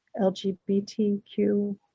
LGBTQ